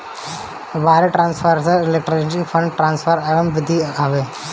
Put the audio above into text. wire transfer electronic fund transfer कअ विधि हवे